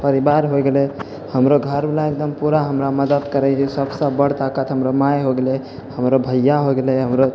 परिवार होइ गेलै हमरो घरवला एकदम पूरा हमरा मदति करै छै सबसँ बड़ ताकत हमरा माइ हो गेलै हमरो भइया हो गेलै हमरो